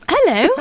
Hello